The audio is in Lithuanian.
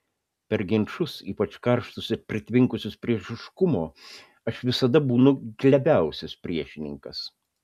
per ginčus ypač karštus ir pritvinkusius priešiškumo aš visada būnu glebiausias priešininkas